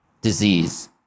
disease